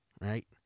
right